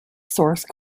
source